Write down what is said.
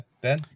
Ben